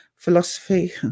philosophy